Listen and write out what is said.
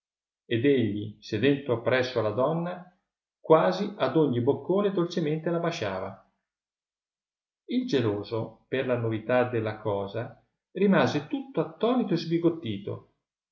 ed egli sedendo appresso alla donna quasi ad ogni boccone dolcemente la basciava il geloso per la novità della cosa rimase tutto attonito e sbigottito